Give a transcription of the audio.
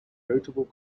notable